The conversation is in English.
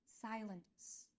Silence